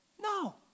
No